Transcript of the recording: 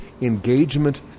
engagement